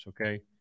okay